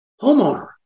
homeowner